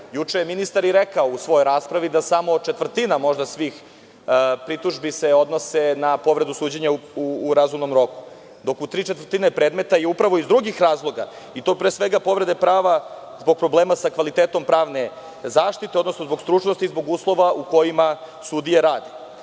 Juče je ministar i rekao u svojoj raspravi da se samo možda četvrtina svih pritužbi odnosi na povredu suđenja u razumnom roku, dok u tri četvrtine predmeta je upravo iz drugih razloga i to, pre svega, povrede prava zbog problema sa kvalitetom pravne zaštite, odnosno zbog stručnosti i zbog uslova u kojima sudije rade.